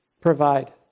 provide